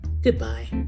goodbye